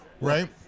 Right